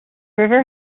river